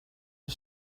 een